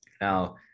now